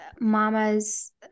mama's